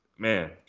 Man